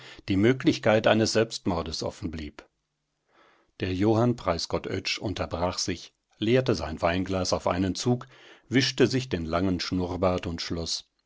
die möglichkeit eines selbstmordes offen blieb der johann preisgott oetsch unterbrach sich leerte sein weinglas auf einen zug wischte sich den langen schnurrbart und schloß